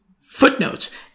footnotes